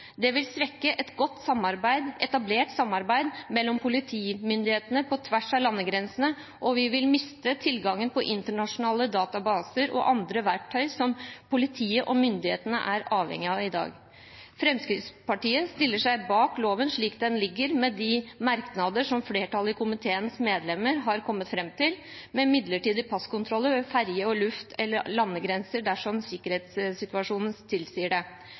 Det vil svekke et godt etablert samarbeid mellom politimyndighetene på tvers av landegrensene, og vi vil miste tilgangen til internasjonale databaser og andre verktøy som politiet og myndighetene er avhengig av i dag. Fremskrittspartiet stiller seg bak loven slik den foreligger, med de merknader som flertallet blant komiteens medlemmer har kommet fram til, med midlertidige passkontroller ved ferjeanløp og «luft- eller landegrensene» dersom sikkerhetssituasjonen tilsier det.